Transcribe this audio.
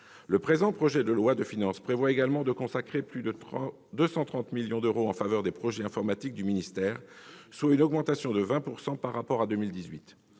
Le présent projet de loi de finances prévoit de consacrer près de 230 millions d'euros aux projets informatiques du ministère, soit une augmentation de 20 % par rapport à 2018.